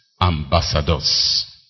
ambassadors